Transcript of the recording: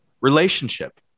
relationship